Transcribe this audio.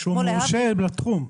שהוא מורשה בתחום.